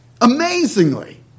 amazingly